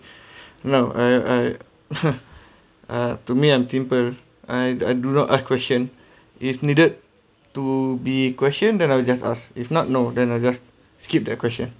no I I uh to me I'm simple I I do not ask question if needed to be questioned then I will just ask if not no then I'll just skip the question